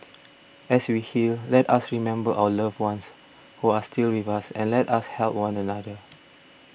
as we heal let us remember our loved ones who are still with us and let us help one another